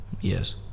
Yes